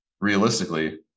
realistically